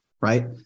right